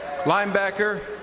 linebacker